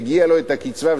מגיעה לו הקצבה,